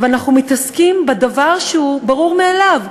ואנחנו מתעסקים בדבר שהוא ברור מאליו,